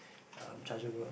um chargeable